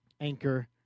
anchor